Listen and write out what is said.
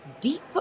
deep